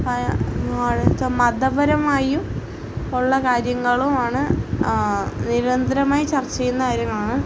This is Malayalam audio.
മതപരമായും ഉള്ള കാര്യങ്ങളുമാണ് നിരന്തരമായി ചർച്ച ചെയ്യുന്ന കാര്യങ്ങളാണ്